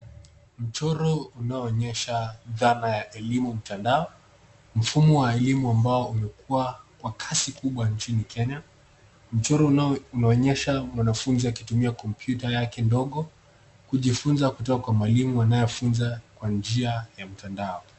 Mchoro unaoonyesha dhana ya elimu mtandao, mfumo wa elimu ambao umekuwa kwa kasi kubwa nchini Kenya. Mchoro unaonyesha mwanafunzi akitumia kompyuta yake ndogo kujifunza kutoka kwa mwalimu anayefunza kwa njia ya mtandao.